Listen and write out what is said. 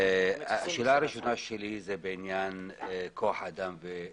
השאלה הראשונה שלי היא בעניין כוח אדם או תקנים.